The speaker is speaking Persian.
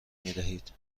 میدهید